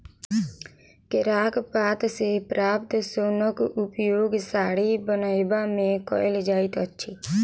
केराक पात सॅ प्राप्त सोनक उपयोग साड़ी बनयबा मे कयल जाइत अछि